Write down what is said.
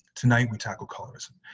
tonight, we tackle colorism,